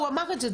הוא אמר את זה,